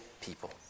people